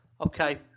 Okay